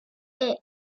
est